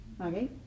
okay